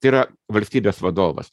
tai yra valstybės vadovas